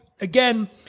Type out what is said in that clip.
Again